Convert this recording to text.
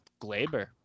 Glaber